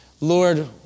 Lord